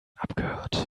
abgehört